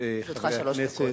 חברי הכנסת,